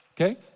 Okay